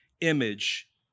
image